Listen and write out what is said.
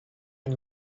and